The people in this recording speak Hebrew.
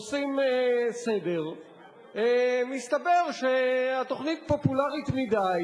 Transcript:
"סדר יום", מסתבר שהתוכנית פופולרית מדי,